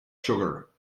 sugar